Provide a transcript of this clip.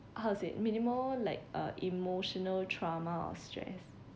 how to say minimal like uh emotional trauma or stress